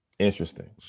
interesting